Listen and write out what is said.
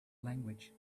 language